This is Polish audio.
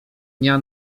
dnia